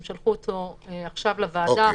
והם שלחו אותו עכשיו לוועדה,